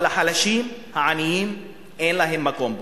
אבל החלשים, העניים, אין להם מקום פה.